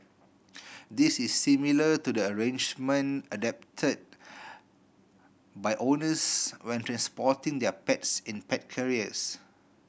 this is similar to the arrangement adopted by owners when transporting their pets in pet carriers